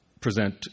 present